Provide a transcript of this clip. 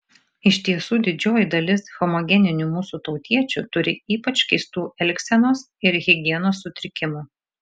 iš tiesų didžioji dalis homogeninių mūsų tautiečių turi ypač keistų elgsenos ir higienos sutrikimų